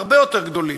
הרבה יותר גדולים.